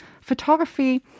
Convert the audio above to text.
photography